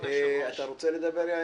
אתה רוצה לדבר,